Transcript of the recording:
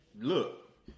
Look